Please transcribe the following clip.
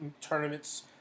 tournaments